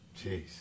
Jeez